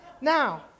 now